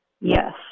Yes